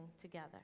together